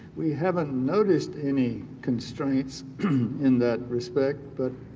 we haven't noticed any constraints in that respect but,